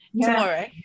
tomorrow